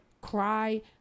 Cry